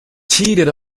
cheated